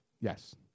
Yes